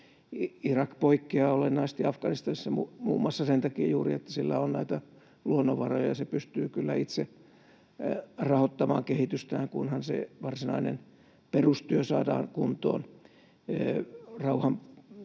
Irak poikkeaa olennaisesti Afganistanista muun muassa juuri sen takia, että sillä on näitä luonnonvaroja ja se pystyy kyllä itse rahoittamaan kehitystään, kunhan se varsinainen perustyö saadaan kuntoon: rauhan